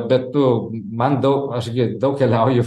bet tu man daug aš gi daug keliauju